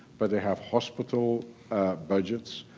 but they have hospital budgets.